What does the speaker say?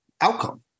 outcome